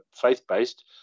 faith-based